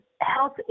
health